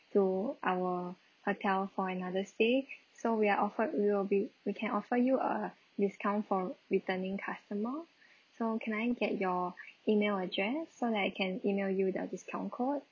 to our hotel for another stay so we are offered we will be we can offer you a discount for returning customer so can I get your email address so that I can email you the discount code